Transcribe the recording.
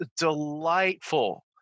delightful